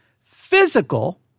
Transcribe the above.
physical